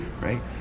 right